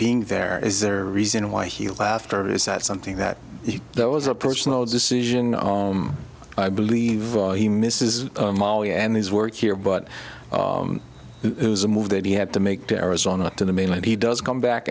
being there is there a reason why he laughter is that something that that was a personal decision i believe he misses and his work here but it was a move that he had to make to arizona to the mainland he does come back